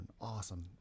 awesome